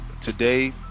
Today